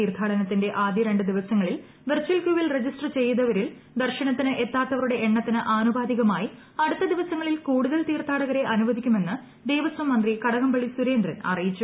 തീർഥാടനത്തിന്റെ ആദ്യ രണ്ടു ദിവസങ്ങളിൽ വെർച്ചൽ ക്യൂവിൽ രജിസ്റ്റർ ചെയ്തവരിൽ ദർശനത്തിന് എത്താത്തവരുടെ എണ്ണത്തിന് ആനുപാതികമായി അടുത്ത ദിവസങ്ങളിൽ കൂടുതൽ തീർത്ഥാടകരെ അനുവദിക്കുമെന്ന് ദേവസ്വം മന്ത്രി കടകംപള്ളി സുരേന്ദ്രൻ അറിയിച്ചു